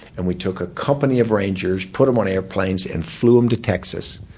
and we took a company of rangers, put them on airplanes, and flew them to texas.